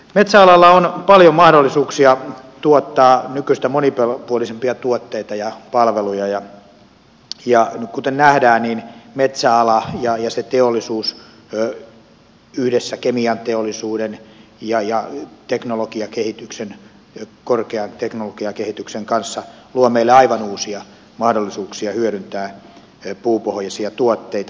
metsäalalla on paljon mahdollisuuksia tuottaa nykyistä monipuolisempia tuotteita ja palveluja ja kuten nähdään metsäala ja se teollisuus yhdessä kemianteollisuuden ja korkean teknologian kehityksen kanssa luo meille aivan uusia mahdollisuuksia hyödyntää puupohjaisia tuotteita